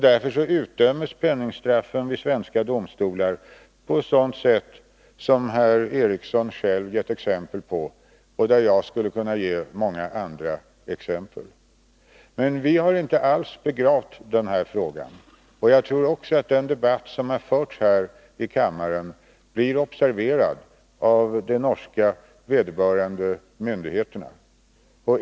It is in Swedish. Därför utdömes penningstraffen vid svenska domstolar på ett sådant sätt som herr Eriksson själv gett exempel på och där jag skulle kunna ge många andra exempel. Vi har inte alls begravt den här frågan, och jag tror att den debatt som förts här i kammaren blir observerad av vederbörande norska myndigheter.